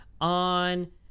on